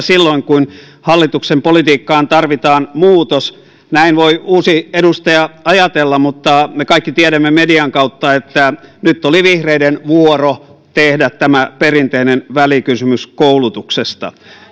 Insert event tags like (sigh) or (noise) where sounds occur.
(unintelligible) silloin kun hallituksen politiikkaan tarvitaan muutos näin voi uusi edustaja ajatella mutta me kaikki tiedämme median kautta että nyt oli vihreiden vuoro tehdä tämä perinteinen välikysymys koulutuksesta